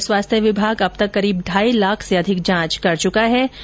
राज्य में स्वास्थ्य विभाग अब तक करीब ढाई लाख से अधिक जांच कर चुका है